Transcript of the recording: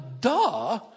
duh